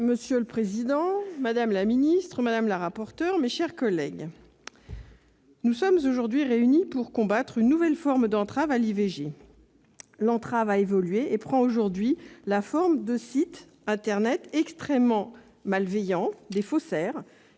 Monsieur le président, madame la ministre, mes chers collègues, nous sommes réunis pour combattre une nouvelle forme d'entrave à l'IVG. L'entrave a évolué et prend aujourd'hui la forme de sites internet extrêmement malveillants. Ces derniers